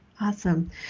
Awesome